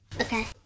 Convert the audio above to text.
Okay